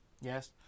Yes